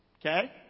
Okay